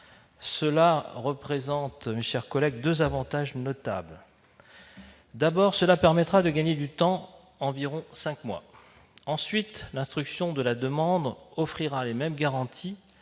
présente deux avantages notables. D'abord, elle permettra de gagner du temps, environ cinq mois. Ensuite, l'instruction de la demande offrira les mêmes garanties,